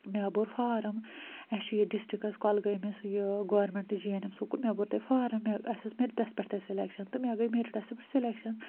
مےٚ بوٚر فارَم اَسہِ چھُ ییٚتہِ ڈِسٹِرٛکَس کۄلگٲمِس یہِ government G N M school مےٚ بوٚر تَتہِ فارَم مےٚ اَسہِ اوس مِیٚرٹَس پٮٹھ تَتہِ سٕل۪کشَن تہٕ مےٚ گٔے مِیٚرٹَسٕے پٮ۪ٹھ سٕلٮ۪کشَن